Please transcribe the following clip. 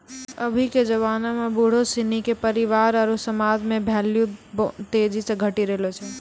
अभी के जबाना में बुढ़ो सिनी के परिवार आरु समाज मे भेल्यू तेजी से घटी रहलो छै